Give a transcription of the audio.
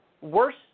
Worse